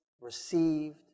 received